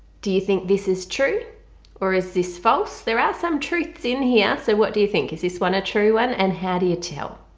do you think this is true or is this false? there are some truths in here so what do you think is this one a true one and how do you tell?